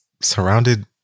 surrounded